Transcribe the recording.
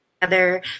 together